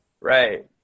Right